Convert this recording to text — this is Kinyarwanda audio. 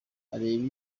areba